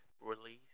release